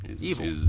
Evil